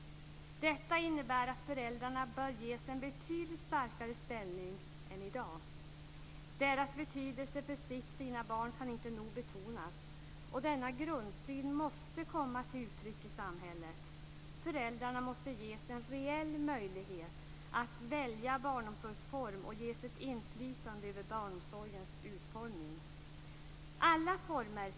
Detta innebär att föräldrarna bör ges en betydligt starkare ställning än i dag. Deras betydelse för de egna barnen kan inte nog betonas. Denna grundsyn måste komma till uttryck i samhället. Föräldrarna måste ges en reell möjlighet att välja barnomsorgsform och ges ett inflytande över barnomsorgens utformning. Fru talman!